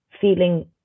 feeling